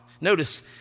Notice